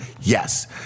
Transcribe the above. Yes